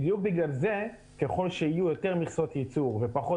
בדיוק בגלל זה ככל שיהיו יותר מכסות ייצור ופחות